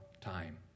time